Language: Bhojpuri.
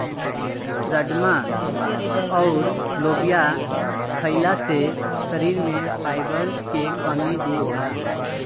राजमा अउर लोबिया खईला से शरीर में फाइबर के कमी दूर होला